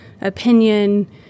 opinion